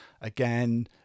again